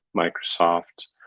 microsoft,